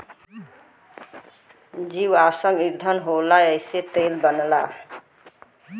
जीवाश्म ईधन होला एसे तेल बनला